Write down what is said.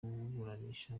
kuburanisha